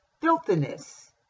filthiness